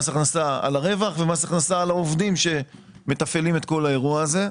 מס הכנסה על הרווח ומס הכנסה על העובדים שמתפעלים את כל האירוע הזה.